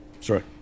sorry